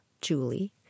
Julie